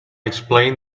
explained